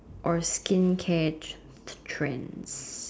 or skincare trends